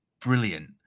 brilliant